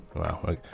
wow